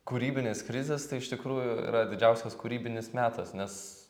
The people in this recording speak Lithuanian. kūrybinės krizės tai iš tikrųjų yra didžiausias kūrybinis metas nes